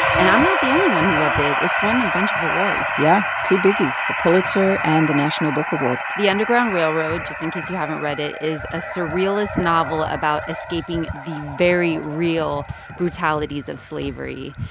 and i'm not the only one who loved it. it's won a bunch of awards yeah, two biggies the pulitzer and the national book award the underground railroad, just in case you haven't read it, is a surrealist novel about escaping the very real brutalities of slavery.